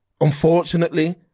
Unfortunately